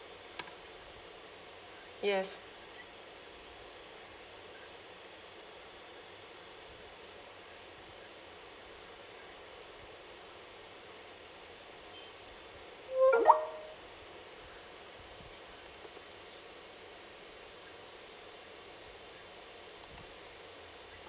yes